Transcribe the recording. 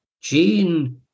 gene